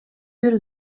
бир